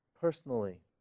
personally